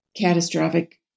catastrophic